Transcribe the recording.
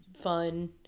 fun